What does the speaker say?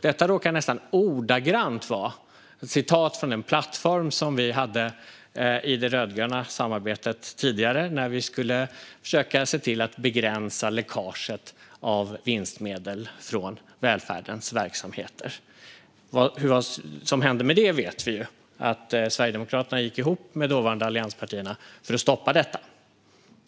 Detta råkar nästan ordagrant vara ett citat från en plattform som vi i det tidigare rödgröna samarbetet hade när vi skulle försöka se till att begränsa läckaget av vinstmedel från välfärdens verksamheter. Vad som hände med det vet vi ju: Sverigedemokraterna gick ihop med de dåvarande allianspartierna för att stoppa detta